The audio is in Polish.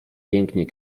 pięknie